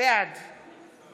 בעד